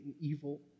evil